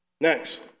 Next